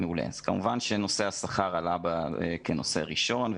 כמובן שנושא השכר עלה כנושא ראשון,